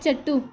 చెట్టు